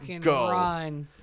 go